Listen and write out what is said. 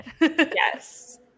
Yes